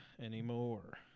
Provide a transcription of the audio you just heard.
anymore